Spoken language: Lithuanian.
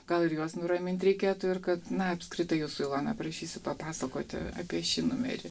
gal ir juos nuramint reikėtų ir kad na apskritai jūsų ilona prašysiu papasakoti apie šį numerį